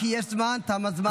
כי יש זמן, ותם הזמן.